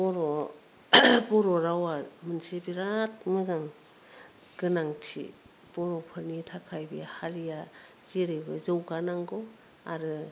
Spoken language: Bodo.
बर' बर' रावा मोनसे बिराद मोजां गोनांथि बर'फोरनि थाखाय बे हारिआ जेरैबो जौगानांगौ आरो